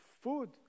food